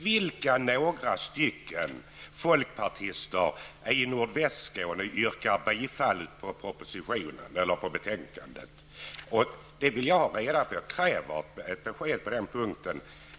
Vilka några stycken folkpartister i Nordvästskåne yrkar bifall till utskottets hemställan i betänkandet? Det vill jag ha reda på. Jag kräver ett besked på den punkten.